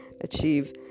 achieve